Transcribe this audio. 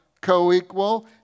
co-equal